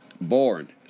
Born